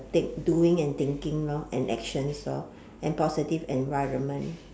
think doing and thinking lor and actions lor and positive environment